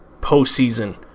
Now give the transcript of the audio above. postseason